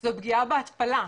זו פגיעה בהתפלה.